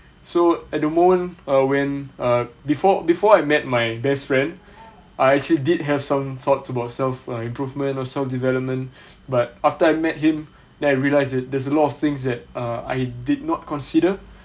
so at the moment err when err before before I met my best friend I actually did have some thoughts about self improvement or self development but after I met him then I realize that there's a lot of things uh that I did not consider